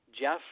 Jeff